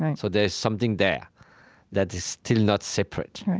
and so there is something there that is still not separate.